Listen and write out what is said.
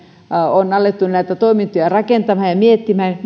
on alettu näitä toimintoja rakentamaan ja miettimään